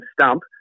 stump